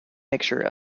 mixture